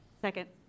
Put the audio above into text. Second